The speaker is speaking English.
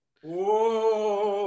Whoa